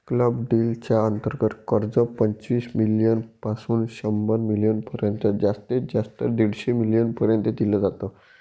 club deal च्या अंतर्गत कर्ज, पंचवीस मिलीयन पासून शंभर मिलीयन पर्यंत जास्तीत जास्त दीडशे मिलीयन पर्यंत दिल जात